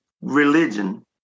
religion